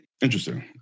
Interesting